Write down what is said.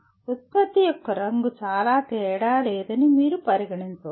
ఉత్పత్తి యొక్క రంగు చాలా తేడా లేదని మీరు పరిగణించవచ్చు